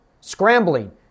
Scrambling